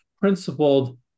principled